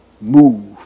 move